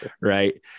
Right